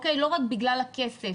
לא רק בגלל הכסף,